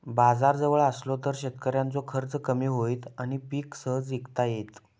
बाजार जवळ असलो तर शेतकऱ्याचो खर्च कमी होईत आणि पीक सहज इकता येईत